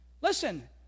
Listen